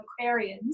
aquarians